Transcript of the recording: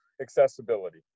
accessibility